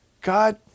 God